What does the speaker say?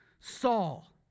Saul